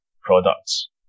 products